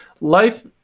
life